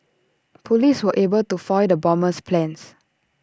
Police were able to foiled the bomber's plans